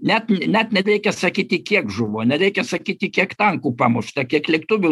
net net nereikia sakyti kiek žuvo nereikia sakyti kiek tankų pamušta kiek lėktuvų